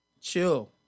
chill